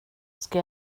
ska